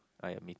ah ya me too